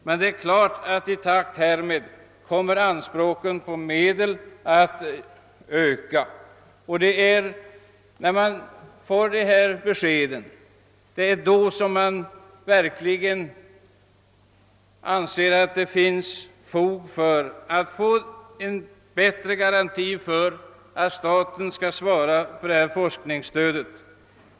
Men det är klart att i takt härmed kommer an språken på medel för forskning att öka. Det är när man får dessa besked som man verkligen anser att det finns fog för att det lämnas en bättre garanti för att staten skall svara för detta forskningsstöd.